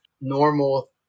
normal